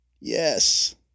Yes